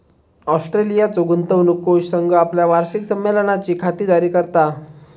ऑस्ट्रेलियाचो गुंतवणूक कोष संघ आपल्या वार्षिक संमेलनाची खातिरदारी करता